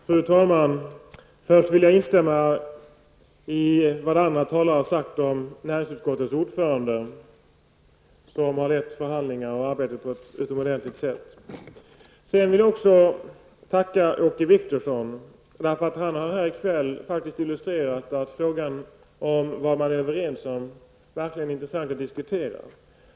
Fru talman! Jag vill instämma i vad andra talare sagt om näringsutskottets ordförande, som har lett förhandlingar och arbete på ett utomordentligt sätt. Jag vill också tacka Åke Wictorsson. Han har nämligen här i kväll illustrerat att frågan om vad man är överens om verkligen är intressant att diskutera.